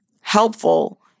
helpful